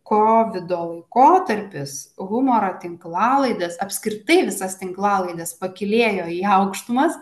kovovido laikotarpis humorą tinklalaides apskritai visas tinklalaides pakylėjo į aukštumas